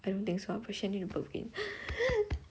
I don't think so I'm pretty sure I need to burp again